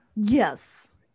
Yes